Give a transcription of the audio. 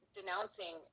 denouncing